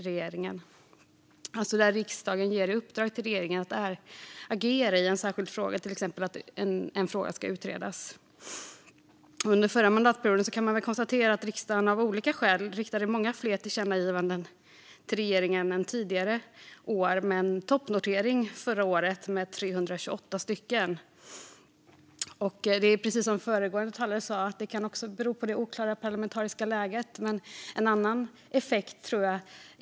Det handlar alltså om att riksdagen ger regeringen i uppdrag att agera i en särskild fråga, till exempel att en fråga ska utredas. Man kan väl konstatera att riksdagen under den förra mandatperioden av olika skäl riktade många fler tillkännagivanden till regeringen än tidigare år. Toppnoteringen gjordes förra året med 328 tillkännagivanden. Precis som föregående talare sa kan det bero på det oklara parlamentariska läget, men en annan aspekt tror jag är pandemieffekten.